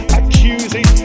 accusing